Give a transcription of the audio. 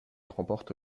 remporte